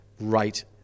right